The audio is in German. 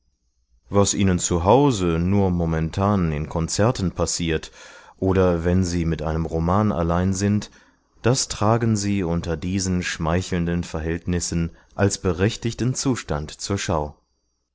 was ihnen zu hause nur momentan in konzerten passiert oder wenn sie mit einem roman allein sind das tragen sie unter diesen schmeichelnden verhältnissen als berechtigten zustand zur schau